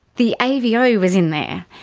the avo was in there,